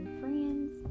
friends